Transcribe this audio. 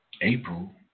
April